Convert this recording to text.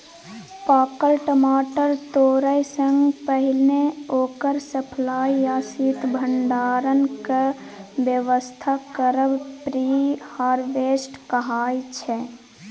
पाकल टमाटर तोरयसँ पहिने ओकर सप्लाई या शीत भंडारणक बेबस्था करब प्री हारवेस्ट कहाइ छै